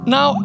Now